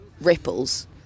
ripples